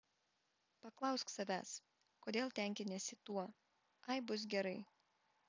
paklausk savęs kodėl tenkiniesi tuo ai bus gerai